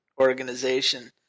organization